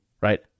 right